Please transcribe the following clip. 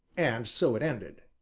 and so it ended,